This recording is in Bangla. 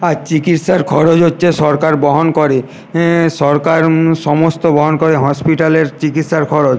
আর চিকিৎসার খরচ হচ্ছে সরকার বহন করে সরকার সমস্ত বহন করে হসপিটালের চিকিৎসার খরচ